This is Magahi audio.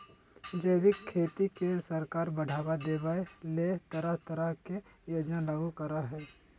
जैविक खेती के सरकार बढ़ाबा देबय ले तरह तरह के योजना लागू करई हई